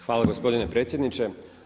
Hvala gospodine predsjedniče.